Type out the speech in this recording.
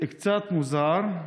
קצת מוזר.